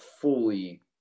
fully